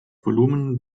volumen